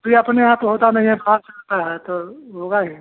ई अपनेआप होता नहीं है बाहर से लाता है तो होगा ही